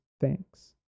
Thanks